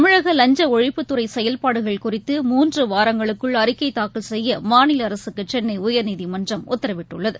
தமிழகலஞ்சலழிப்புத் துறைசெயல்பாடுகள் குறித்து மூன்றுவாரங்களுக்குள் அறிக்கைதாக்கல் செய்யமாநிலஅரசுக்குசென்ளைஉயர்நீதிமன்றம் உத்தரவிட்டுள்ளது